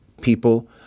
people